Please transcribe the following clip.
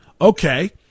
Okay